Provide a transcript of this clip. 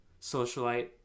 socialite